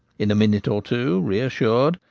in a minute or two, reassured,